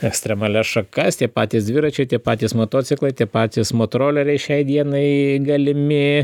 ekstremalias šakas tie patys dviračiai tie patys motociklai tie patys motoroleriai šiai dienai galimi